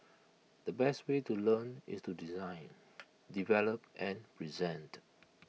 the best way to learn is to design develop and present